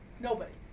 Nobody's